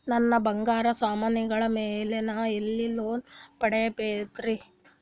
ನನ್ನ ಬಂಗಾರ ಸಾಮಾನಿಗಳ ಮ್ಯಾಲೆ ನಾ ಎಲ್ಲಿ ಲೋನ್ ಪಡಿಬೋದರಿ?